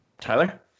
tyler